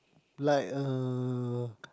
like uh